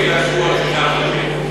ההסתייגות לחלופין של חבר הכנסת מאיר פרוש